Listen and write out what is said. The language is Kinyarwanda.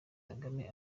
kagame